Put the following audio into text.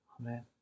Amen